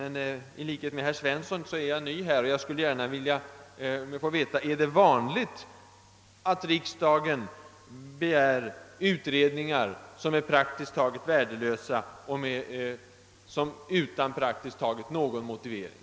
I likhet med herr Svensson är jag ny i kammaren och skulle gärna vilja veta om det är vanligt att riksdagen begär utredningar som är praktiskt taget värdelösa, och att detta sker i det närmaste helt utan motivering.